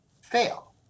fail